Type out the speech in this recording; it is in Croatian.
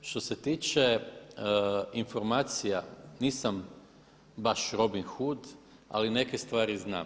Što se tiče informacija nisam baš Robin Hod, ali neke stvari znam.